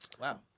wow